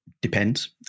depends